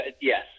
yes